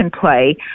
play